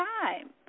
time